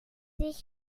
sich